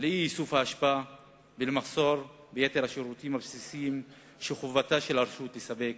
לאי-איסוף האשפה ולמחסור ביתר השירותים הבסיסיים שחובתה של הרשות לספק